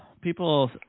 people